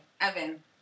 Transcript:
Evan